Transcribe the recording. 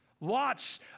Lots